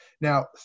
Now